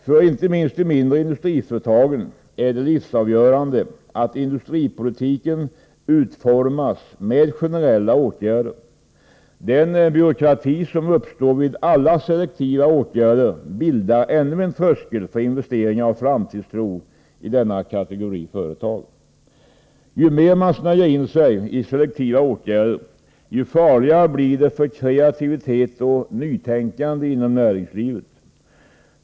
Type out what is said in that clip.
För inte minst de mindre industriföretagen är det livsavgörande att industripolitiken utformas med generella åtgärder. Den byråkrati som uppstår vid alla selektiva åtgärder bildar ännu en tröskel för investeringar och framtidstro i denna kategori företag. Ju mer man snärjer in sig i selektiva åtgärder, desto farligare blir det för kreativitet och nytänkande inom näringslivet.